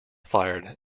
fired